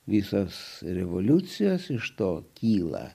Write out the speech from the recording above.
visas revoliucijas iš to kyla